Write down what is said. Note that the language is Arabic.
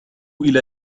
إلى